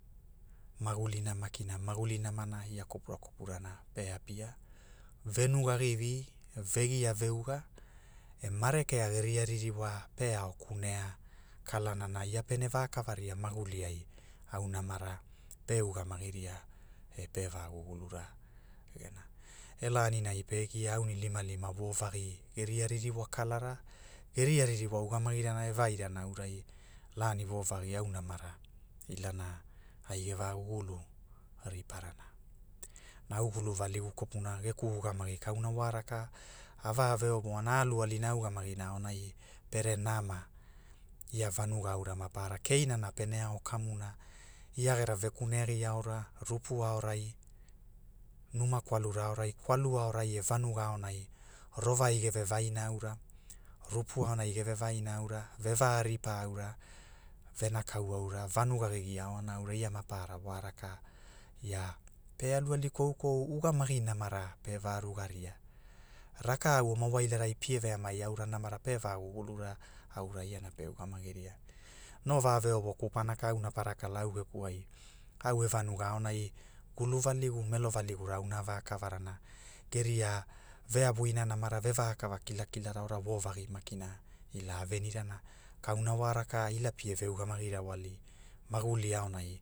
Magulina makina maguli namana ia kopura kopurana, pe apia, venugagivi, vegia veaga, e ma rekea geria ririwa, pe ao kunea kalanana ia pe vakavaria maguli ai au namara, pe ugamagi, ria, e pe va gugulura gena, e laninai pe gia anilimalima wo vagi, geria ririwa kalara, geria. ririwa ugamagirana e vairana aurai, lani vovagi au namara, ilana ai ge va gugulu, riparana. Na au gulu valigu kopuna geku ugamagi kauna wa raka, ava veovoana a alualina a ugamagina aonai, pere nama, ia vanuga aura maparara keinana pene ao kamuna, ia gera vekune agi aora,. rupu aurai, numa kwalura aorai kwala aorai e vanuga aonai, rovai geve vai aura rupu aonai gere vaina aura ve va ripa aura venakau aura venaga ge giao na ia maparara wa raka, ia pe aluali koukou ugamagi namara pe va rugaria, rakau oma wailarai pie veamai aura namara pe va. gugulura, aura iana pe ugamagi ria, no va ve ovo kupana ka auna para kala au geku ai, au e vanuga aonai, gulu valigu melo valigura auna a vakavarana, geria veavuina namara vevakava kilakilara ora wovagi makina, ila a venirana, kauna wa raka ila pie veugamagi rawali. maguli aonai